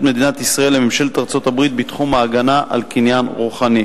מדינת ישראל לממשלת ארצות-הברית בתחום ההגנה על קניין רוחני.